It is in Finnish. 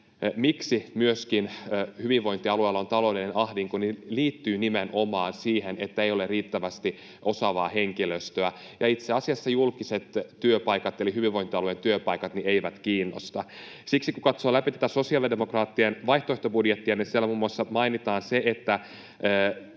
syy, miksi hyvinvointialueilla on myöskin taloudellinen ahdinko, liittyy nimenomaan siihen, että ei ole riittävästi osaavaa henkilöstöä. Itse asiassa julkiset työpaikat eli hyvinvointialueen työpaikat eivät kiinnosta. Kun katsoo läpi tätä sosiaalidemokraattien vaihtoehtobudjettia, niin siellä muun muassa mainitaan se, että